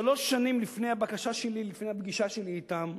שלוש שנים לפני הבקשה שלי, לפני הפגישה שלי אתם,